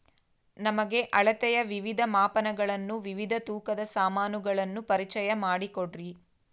ನಮಗೆ ಅಳತೆಯ ವಿವಿಧ ಮಾಪನಗಳನ್ನು ವಿವಿಧ ತೂಕದ ಸಾಮಾನುಗಳನ್ನು ಪರಿಚಯ ಮಾಡಿಕೊಡ್ರಿ?